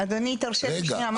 אדוני, תרשה לי שנייה.